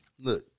Look